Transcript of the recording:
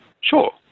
sure